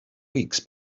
weeks